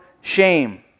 shame